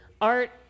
art